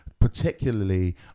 Particularly